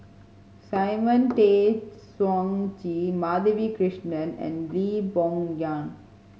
Simon Tay Seong Chee Madhavi Krishnan and Lee Boon Ngan